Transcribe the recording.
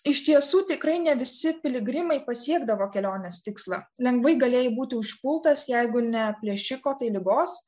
iš tiesų tikrai ne visi piligrimai pasiekdavo kelionės tikslą lengvai galėjai būti užpultas jeigu ne plėšiko tai ligos